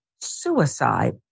suicide